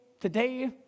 today